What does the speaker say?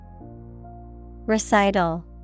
Recital